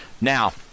Now